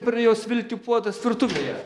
pradėjo svilti puodas virtuvėje